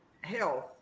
health